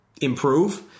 improve